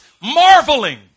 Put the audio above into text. marveling